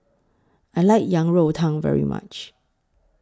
I like Yang Rou Tang very much